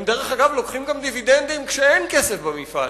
הם, דרך אגב, לוקחים דיבידנדים כשאין כסף במפעל.